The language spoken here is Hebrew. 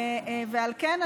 על כן,